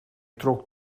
trok